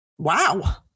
Wow